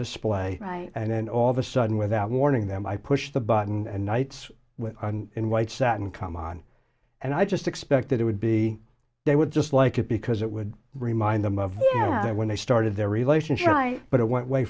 display right and then all of a sudden without warning them i pushed the button and nights in white satin come on and i just expected it would be they would just like it because it would remind them of when they started their relationship but it went way